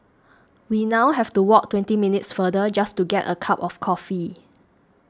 we now have to walk twenty minutes farther just to get a cup of coffee